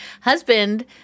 husband—